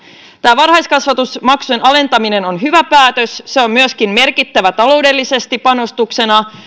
varhaiskasvatusmaksujen alentaminen on hyvä päätös se on myöskin panostuksena taloudellisesti merkittävä